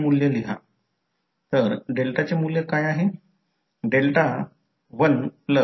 तर M d i1 dt असे होईल जेव्हा दोन्ही बाजूने करंट इंजेक्ट केले जातात तेव्हा काय होते ते आपण नंतर पाहू